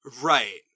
Right